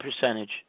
percentage